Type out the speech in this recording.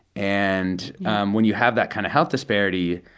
and when you have that kind of health disparity,